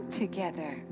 together